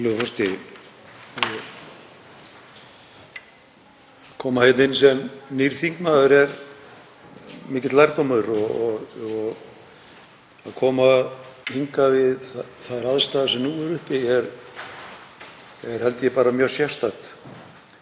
forseti. Að koma hingað inn sem nýr þingmaður er mikill lærdómur og að koma hingað við þær aðstæður sem nú eru uppi er, held ég, bara mjög sérstakt.